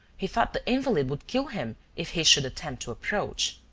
he thought the invalid would kill him if he should attempt to approach.